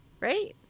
Right